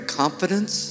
confidence